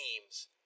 teams